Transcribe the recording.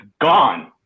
gone